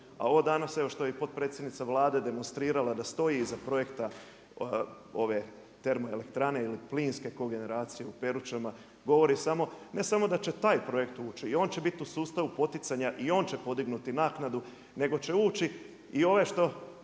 A ovo danas, evo što i potpredsjednica Vlade demonstrirala da stoji iza projekta ove termoelektrane ili plinske kogeneraciju u Peručama, govori samo, ne samo da će taj projekt uči, i on će biti u sustavu poticanja i on će podignuti naknadu nego će ući i ove što